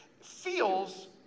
feels